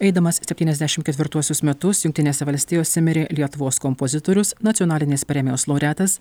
eidamas spetyniasdešimt ketvirtuosius metus jungtinėse valstijose mirė lietuvos kompozitorius nacionalinės premijos laureatas